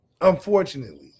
Unfortunately